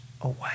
away